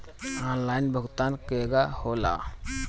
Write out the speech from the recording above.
Online भुगतान केगा होला?